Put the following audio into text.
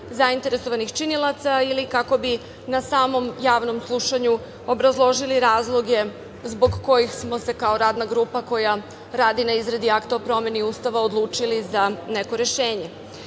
zainteresovanih činilaca ili kako bi na samom javnom slušanju obrazložili razloge zbog kojih smo se kao Radna grupa koja radi na izradi akta o promeni Ustava odlučili za neko rešenje. Još